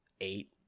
eight